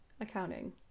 accounting